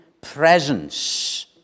presence